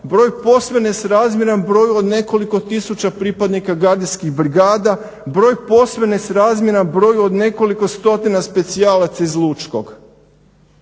broj posve nesrazmjeran broju od nekoliko tisuća pripadnika gardijskih brigada, broj posve nesrazmjeran broju od nekoliko stotina specijalaca iz Lučkog.